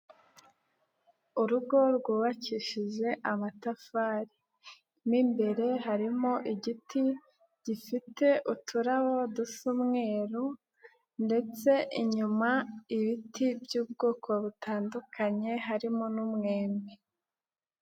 Urugo rwubakishije amatafari, mo imbere harimo igiti gifite uturabo dusa umweru ndetse inyuma ibiti by'ubwoko butandukanye harimo n'umwembe.